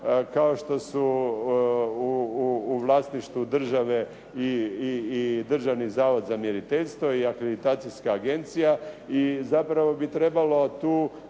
kao što su u vlasništvu države i Državni zavod za mjeriteljstvo i akreditacijska agencija i zapravo bi trebalo tu